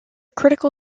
critical